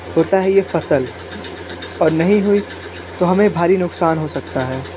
होता है ये फसल और नहीं हुई तो हमें भारी नुकसान हो सकता है